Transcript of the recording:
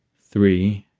three,